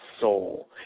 soul